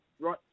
right